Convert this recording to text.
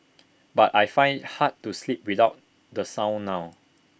but I find IT hard to sleep without the sound now